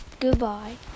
Goodbye